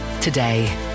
today